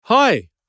Hi